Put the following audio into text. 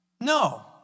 no